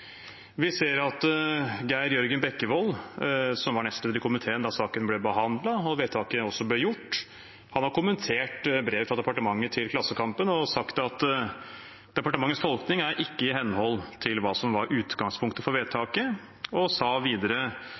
Vi ser at representanten Geir Jørgen Bekkevold, som var nestleder i komiteen da saken ble behandlet og vedtaket ble gjort, har kommentert brev fra departementet i Klassekampen og sagt at departementets tolkning «ikke er i henhold til hva som var utgangspunktet for vedtaket». Han sa videre: